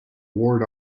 ward